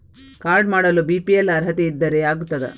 Card ಮಾಡಲು BPL ಅರ್ಹತೆ ಇದ್ದರೆ ಆಗುತ್ತದ?